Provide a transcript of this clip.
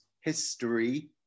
history